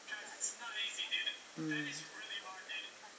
mm